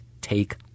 take